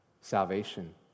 salvation